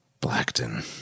Blackton